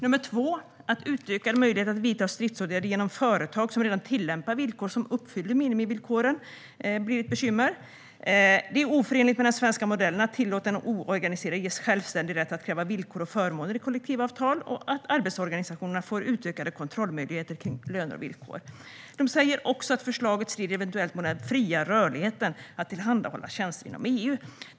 Nästa sak gäller utökad möjlighet att vidta stridsåtgärder genom företag som redan tillämpar villkor som uppfyller minimivillkoren, vilket blir ett bekymmer. Det är också oförenligt med den svenska modellen att tillåta att en oorganiserad ges självständig rätt att kräva villkor och förmåner i kollektivavtal och att arbetsorganisationerna får utökade kontrollmöjligheter för lönevillkor och andra villkor. Sveriges Byggindustrier säger också att förslaget eventuellt strider mot den fria rörligheten vad gäller att tillhandahålla tjänster inom EU.